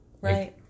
right